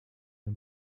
and